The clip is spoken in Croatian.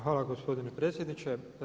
Hvala gospodine predsjedniče.